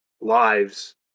lives